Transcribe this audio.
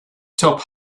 top